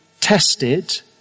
tested